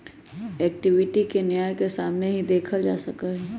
equity के न्याय के सामने ही देखल जा सका हई